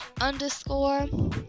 underscore